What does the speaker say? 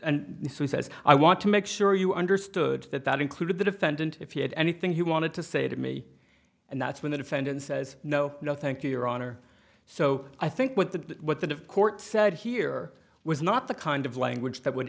and says i want to make sure you understood that that included the defendant if he had anything he wanted to say to me and that's when the defendant says no no thank you your honor so i think what the what the court said here was not the kind of language that would